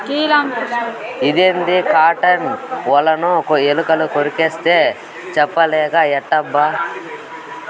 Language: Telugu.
ఇదేంది కాటన్ ఒలను ఎలుకలు కొరికేస్తే చేపలేట ఎట్టబ్బా